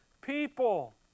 people